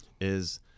is-